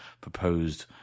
proposed